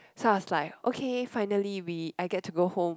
so I was like okay finally we I get to go home